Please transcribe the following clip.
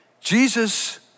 Jesus